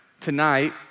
tonight